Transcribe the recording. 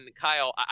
Kyle